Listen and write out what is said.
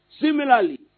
Similarly